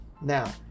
Now